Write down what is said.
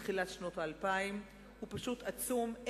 מתחילת שנות האלפיים הוא פשוט עצום.